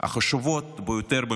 החשובות ביותר במשכן,